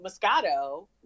Moscato